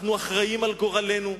אנחנו אחראים על גורלנו,